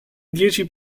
dieci